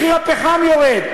מחיר הפחם יורד,